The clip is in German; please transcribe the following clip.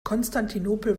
konstantinopel